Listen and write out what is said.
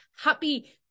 happy